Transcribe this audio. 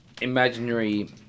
imaginary